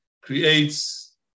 creates